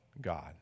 God